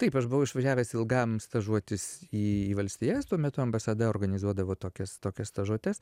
taip aš buvau išvažiavęs ilgam stažuotis į valstijas tuo metu ambasada organizuodavo tokias tokias stažuotes